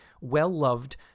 well-loved